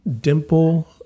Dimple